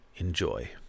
Enjoy